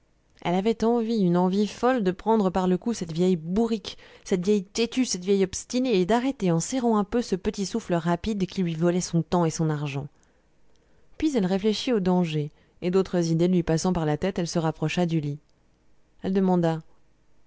elle avait envie une envie folle de prendre par le cou cette vieille bourrique cette vielle têtue cette vieille obstinée et d'arrêter en serrant un peu ce petit souffle rapide qui lui volait son temps et son argent puis elle réfléchit au danger et d'autres idées lui passant par la tête elle se rapprocha du lit elle demanda